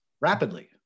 rapidly